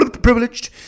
Privileged